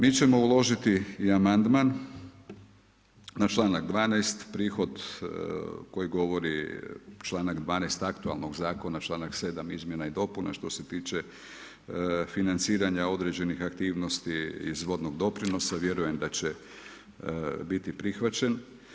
Mi ćemo uložiti i amandman na članak 12. prihod koji govori članak 12. aktualnog zakona, članak 7. izmjena i dopuna što se tiče financiranja određenih aktivnosti iz vodnog doprinosa, vjerujem da će biti prihvaćen.